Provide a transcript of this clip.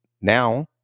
now